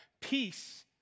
peace